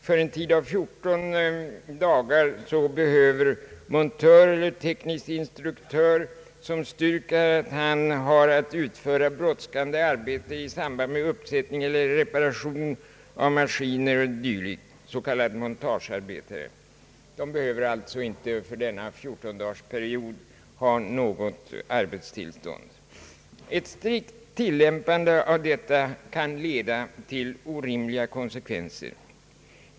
För en tid av 14 dagar behöver montör eller teknisk instruktör, som styrker att han har att utföra brådskande arbete i samband med uppsättning eller reparation av maskiner eller dylikt, s.k. montagearbete, inte arbetstillstånd för denna tidsperiod. Ett strikt tillämpande av denna bestämmelse kan leda till orimliga konsekvenser.